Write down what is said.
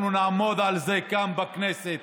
אנחנו נעמוד על זה כאן בכנסת.